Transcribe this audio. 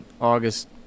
august